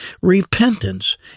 Repentance